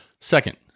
Second